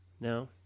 No